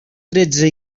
tretze